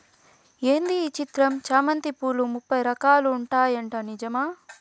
ఏంది ఈ చిత్రం చామంతి పూలు ముప్పై రకాలు ఉంటాయట నిజమా